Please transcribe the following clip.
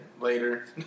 later